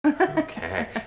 Okay